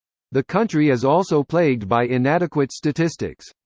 the country is also plagued by inadequate statistics.